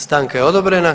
Stanka je odobrena.